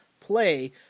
play